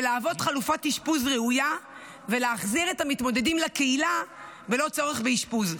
להוות חלופת אשפוז ראויה ולהחזיר את המתמודדים לקהילה ללא צורך באשפוז.